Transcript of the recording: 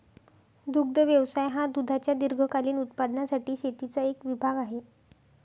दुग्ध व्यवसाय हा दुधाच्या दीर्घकालीन उत्पादनासाठी शेतीचा एक विभाग आहे